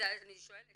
אז אני שואלת,